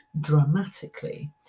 dramatically